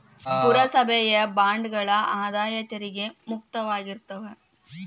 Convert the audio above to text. ಪುರಸಭೆಯ ಬಾಂಡ್ಗಳ ಆದಾಯ ತೆರಿಗೆ ಮುಕ್ತವಾಗಿರ್ತಾವ